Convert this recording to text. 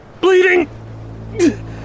Bleeding